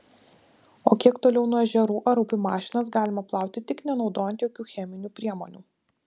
o kiek toliau nuo ežerų ar upių mašinas galima plauti tik nenaudojant jokių cheminių priemonių